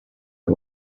the